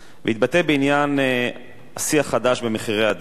בעניין השיא החדש במחירי הדלק.